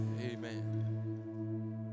Amen